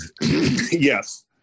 Yes